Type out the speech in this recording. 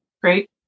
great